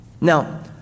Now